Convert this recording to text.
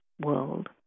world